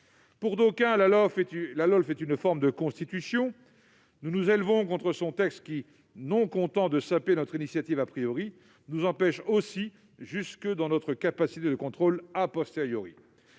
Pour d'aucuns, la LOLF est une forme de Constitution. Nous nous élevons contre ce texte qui, non content de saper notre initiative, nous empêche aussi dans notre capacité de contrôle. Restaurer